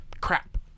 crap